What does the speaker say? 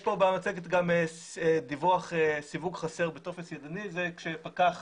במצגת גם דיווח סיווג חסר בטופס ידני, זה כשפקח